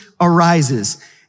arises